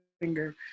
finger